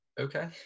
Okay